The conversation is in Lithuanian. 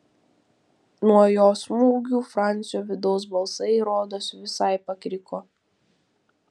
nuo jo smūgių francio vidaus balsai rodos visai pakriko